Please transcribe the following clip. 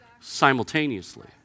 simultaneously